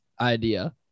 idea